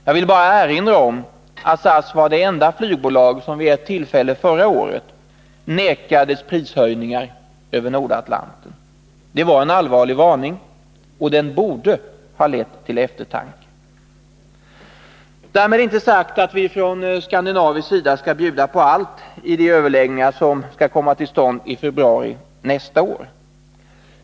Jag vill erinra om att SAS var det enda flygbolag som vid ett tillfälle förra året vägrades prishöjningar över Nordatlanten. Det var en allvarlig varning, och den borde ha lett till eftertanke. Därmed inte sagt att vi från skandinavisk sida skall bjuda på allt i de överläggningar som skall komma till stånd i februari nästa år.